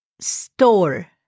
store